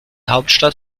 hauptstadt